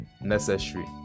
necessary